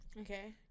Okay